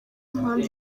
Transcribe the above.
mpamvu